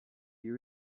you